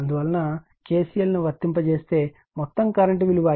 అందువల్ల KCL ను వర్తింపజేస్తే మొత్తం కరెంట్ Ia విలువ Ia1 Ia2 కు సమానంగా ఉంటుంది